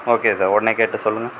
okay sir உடனே கேட்டு சொல்லுங்கள்